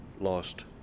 lost